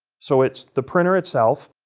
so, it's the printer itself,